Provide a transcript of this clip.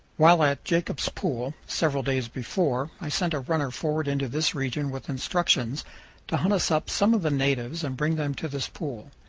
while at jacob's pool, several days before, i sent a runner forward into this region with instructions to hunt us up some of the natives and bring them to this pool.